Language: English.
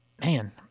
man